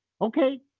okay